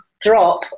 drop